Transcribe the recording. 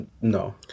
no